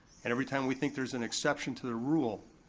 and every time we think there's an exception to the rule,